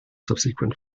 subsequent